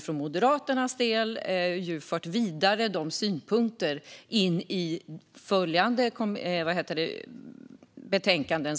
Från Moderaternas sida har vi fört vidare dess synpunkter till följande kulturutskottsbetänkanden